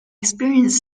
experience